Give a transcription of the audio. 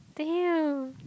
damn